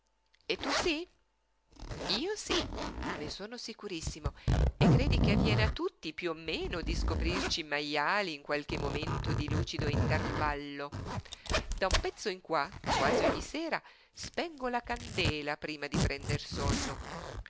e tu sí io sí ne sono sicurissimo e credi che avviene a tutti piú o meno di scoprirci majali in qualche momento di lucido intervallo da un pezzo in qua quasi ogni sera quando spengo la candela prima di prender sonno